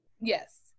Yes